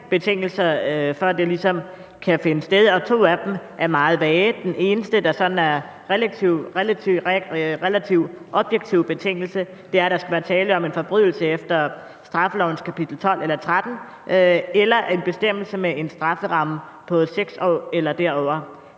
betingelser, før det kan finde sted, og to af dem er meget vage – den eneste betingelse, der er relativt objektiv, er, at der skal være tale om en forbrydelse efter straffelovens kapitel 12 eller 13 eller en bestemmelse med en strafferamme på 6 år eller derover.